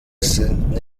sind